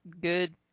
good